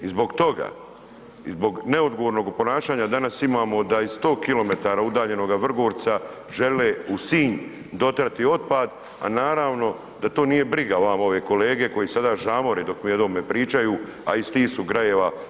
I zbog toga i zbog neodgovornog ponašanja danas imamo da iz 100km udaljenog Vrgorca žele u Sinj dotrati otpad, a naravno da to nije briga ove kolege koji sada žamore dok mi o tome pričaju, a iz tih su krajeva.